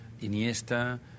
iniesta